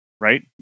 right